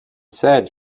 said